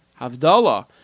Havdallah